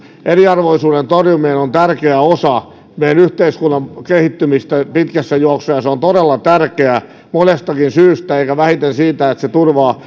eriarvoisuuden torjuminen on tärkeä osa meidän yhteiskunnan kehittymistä pitkässä juoksussa ja se on todella tärkeää monestakin syystä eikä vähiten siksi että se turvaa